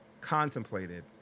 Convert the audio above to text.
contemplated